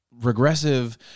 regressive